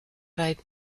rijdt